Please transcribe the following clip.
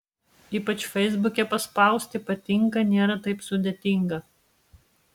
ypač feisbuke paspausti patinka nėra taip sudėtinga